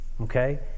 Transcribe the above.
Okay